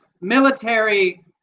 military